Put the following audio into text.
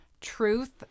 truth